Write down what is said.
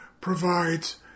provides